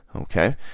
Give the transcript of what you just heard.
okay